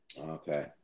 Okay